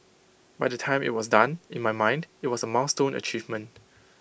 by the time IT was done in my mind IT was A milestone achievement